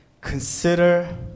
consider